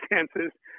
circumstances